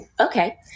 Okay